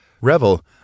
Revel